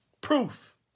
proof